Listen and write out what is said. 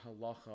halacha